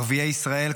ערביי ישראל,